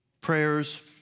Prayers